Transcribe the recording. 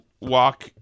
walk